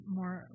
more